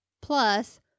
Plus